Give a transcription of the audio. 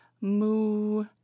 Moo